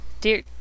dear